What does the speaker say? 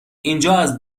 اینجااز